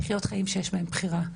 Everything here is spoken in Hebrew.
לחיות חיים שיש בהם בחירה.